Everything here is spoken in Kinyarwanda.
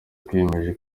twiyemeje